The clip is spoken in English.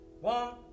One